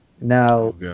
Now